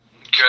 Okay